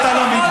אתה לא מתבייש?